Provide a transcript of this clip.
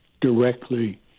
directly